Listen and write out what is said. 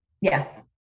yes